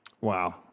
wow